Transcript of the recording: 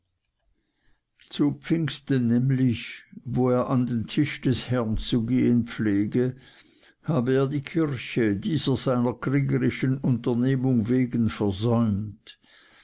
zu pfingsten nämlich wo er an den tisch des herrn zu gehen pflege habe er die kirche dieser seiner kriegerischen unternehmung wegen versäumt